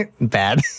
bad